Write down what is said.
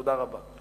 תודה רבה.